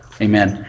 amen